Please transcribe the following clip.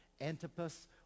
Antipas